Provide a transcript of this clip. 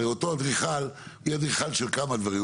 הרי אותו אדריכל יהיה אדריכל של כמה דברים.